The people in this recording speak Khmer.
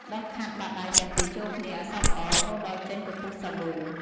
ដុសខាត់បាតដៃទាំងពីរចូលគ្នាឱ្យសព្វល្អ រហូតដល់ចេញពពុះសាប៊ូ។